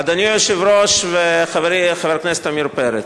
אדוני היושב-ראש, חברי חבר הכנסת עמיר פרץ,